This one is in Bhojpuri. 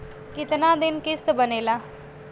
कितना दिन किस्त बनेला?